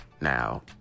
Now